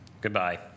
Goodbye